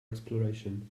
exploration